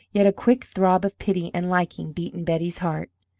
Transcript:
yet a quick throb of pity and liking beat in betty's heart.